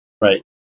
Right